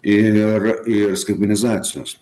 ir ir skaitmenizacijos